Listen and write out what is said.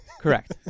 Correct